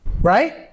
Right